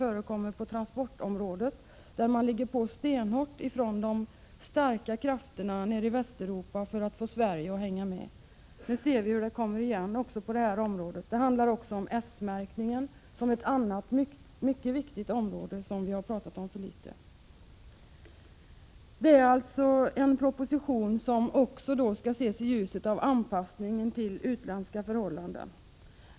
Inom transportområdet är pressen hård från de starka krafterna i Västeuropa för att få Sverige att hänga med. Nu ser vi hur samma sak upprepas också på det område vi nu diskuterar. Inom ett annat förekommer s-märkningen, och det är ett område som är mycket viktigt och som vi har diskuterat alldeles för litet. Det är alltså här fråga om en proposition som skall ses också i ljuset av att man vill uppnå en anpassning till utländska förhållanden.